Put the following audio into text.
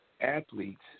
athletes